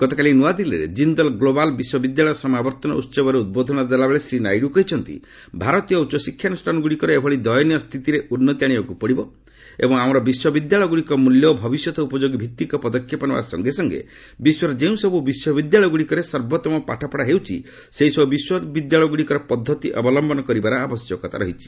ଗତକାଲି ନୂଆଦିଲ୍ଲୀରେ ଜିନ୍ଦଲ୍ ଗ୍ଲୋବାଲ୍ ବିଶ୍ୱବିଦ୍ୟାଳୟର ସମାବର୍ତ୍ତନ ଉତ୍ସବରେ ଉଦ୍ବୋଧନ ଦେଲାବେଳେ ଶ୍ରୀ ନାଇଡୁ କହିଛନ୍ତି ଭାରତୀୟ ଉଚ୍ଚଶିକ୍ଷାନୁଷ୍ଠାନଗୁଡ଼ିକର ଏଭଳି ଦୟନୀୟ ସ୍ଥିତିରେ ଉନ୍ନତି ଆଶିବାକୁ ପଡ଼ିବ ଏବଂ ଆମର ବିଶ୍ୱବିଦ୍ୟାଳୟଗୁଡ଼ିକ ମୂଲ୍ୟ ଓ ଭବିଷ୍ୟତ ଉପଯୋଗୀ ଭିଭିକ ପଦକ୍ଷେପ ନେବା ସଙ୍ଗେସଙ୍ଗେ ବିଶ୍ୱର ଯେଉଁସବୁ ବିଶ୍ୱବିଦ୍ୟାଳୟଗୁଡ଼ିକରେ ସର୍ବୋଉମ ପାଠପଢ଼ା ହେଉଛି ସେହିସବୁ ବିଶ୍ୱବିଦ୍ୟାଳୟଗୁଡ଼ିକର ପଦ୍ଧତି ଅବଲମ୍ଘନ କରିବାର ଆବଶ୍ୟକତା ରହିଛି